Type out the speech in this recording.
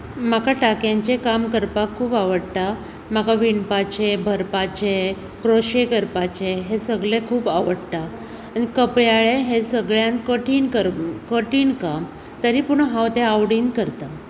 म्हाका टांक्यांचें काम करपाक खूब आवडटा म्हाका विणपाचें भरपाचें क्रोशे करपाचे हें सगळें खूब आवडटा आनी कपयाळें हें सगळ्यान कठीण कर्म कठीण काम तरी पूण हांव तें आवडीन करता